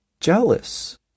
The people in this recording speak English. jealous